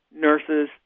nurses